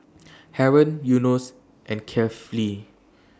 Haron Yunos and Kefli